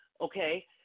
okay